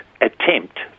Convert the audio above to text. attempt